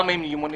עד כמה הן ימניות,